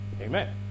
Amen